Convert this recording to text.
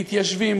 מתיישבים,